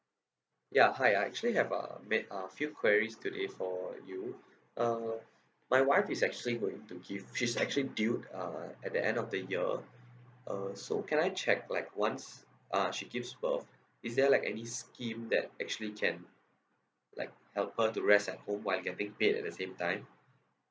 ya hi I actually have uh made uh few queries today for you uh my wife is actually going to give she's actually due uh at the end of the year uh so can I check like once uh she gives birth is there like any scheme that actually can like help her to rest at home while getting paid at the same time